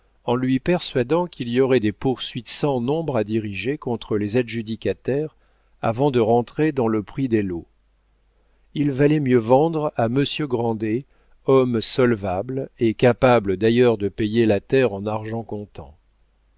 en lui persuadant qu'il y aurait des poursuites sans nombre à diriger contre les adjudicataires avant de rentrer dans le prix des lots il valait mieux vendre à monsieur grandet homme solvable et capable d'ailleurs de payer la terre en argent comptant